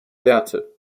werte